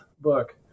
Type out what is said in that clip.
book